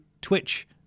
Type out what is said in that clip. twitch